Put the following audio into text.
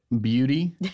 Beauty